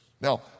Now